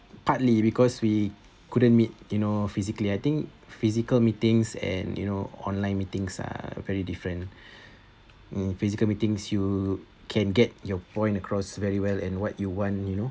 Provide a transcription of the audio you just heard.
partly because we couldn't meet you know physically I think physical meetings and you know online meetings are very different in physical meetings you can get your point across very well and what you want you know